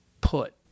put